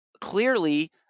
clearly